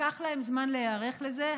לקח להם זמן להיערך לזה.